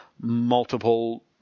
multiple